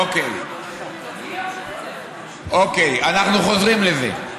אוקיי, אוקיי אנחנו חוזרים לזה.